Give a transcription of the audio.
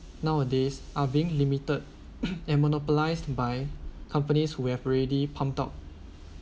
nowadays are being limited and monopolized by companies who have already pumped out